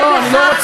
ולהגן על